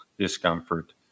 discomfort